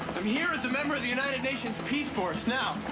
i'm here as a member of the united nations peace force. now,